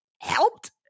helped